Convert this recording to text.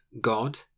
God